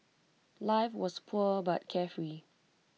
life was poor but carefree